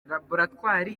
laboratwari